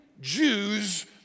Jews